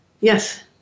Yes